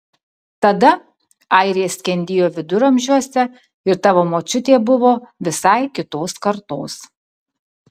tada airija skendėjo viduramžiuose ir tavo močiutė buvo visai kitos kartos